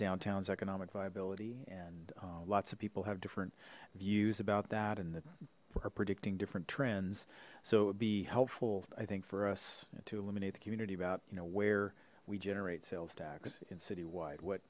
downtown's economic viability and lots of people have different views about that and that are predicting different trends so it would be helpful i think for us to eliminate the community about you know where we generate sales tax in citywide what